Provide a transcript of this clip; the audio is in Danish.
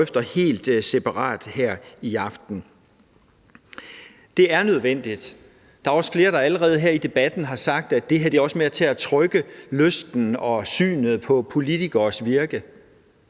drøfter helt separat her i aften. Det er nødvendigt, og der er også flere, der allerede her i debatten har sagt, at det her er med til at dæmpe lysten til at engagere